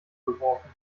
geworfen